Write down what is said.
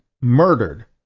murdered